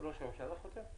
החדש (הוראת שעה) (הגבלת פעילות והוראות נוספות).